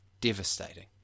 Devastating